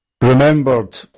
remembered